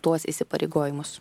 tuos įsipareigojimus